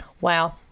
Wow